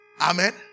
Amen